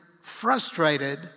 frustrated